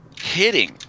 hitting